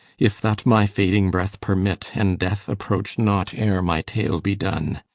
if that my fading breath permit, and death approach not, ere my tale be done.